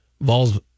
Vols